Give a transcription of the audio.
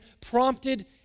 prompted